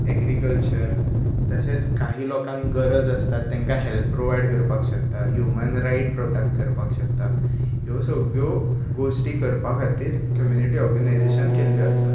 agriculture तशेंच काही लोकांक गरज आसता तांकां हॅल्प प्रोवायड करपाक शकता हूमन रायट प्रोटॅक्ट करपाक शकता ह्यो सगळ्यो गोश्टी करपा खातीर कम्यूनीटी ऑर्गनाजेसन केल्ल्यो आसा